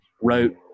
wrote